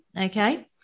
Okay